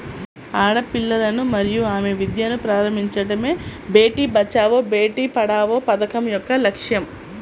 ఆడపిల్లలను మరియు ఆమె విద్యను ప్రారంభించడమే బేటీ బచావో బేటి పడావో పథకం యొక్క లక్ష్యం